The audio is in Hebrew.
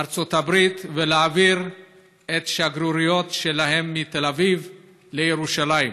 ארצות הברית ולהעביר את השגרירויות שלהן מתל אביב לירושלים.